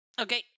Okay